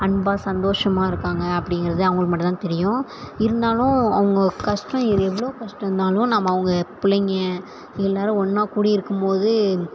அன்பாக சந்தோஷமாக இருக்காங்க அப்படிங்கறது அவங்களுக்கு மட்டும்தான் தெரியும் இருந்தாலும் அவங்க கஷ்டம் எவ்வளோ கஷ்டம் இருந்தாலும் நம்ம அவங்க பிள்ளைங்க எல்லோரும் ஒன்றா கூடி இருக்கும் போது